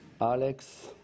alex